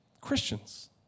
Christians